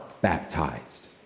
baptized